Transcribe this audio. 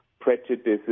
prejudices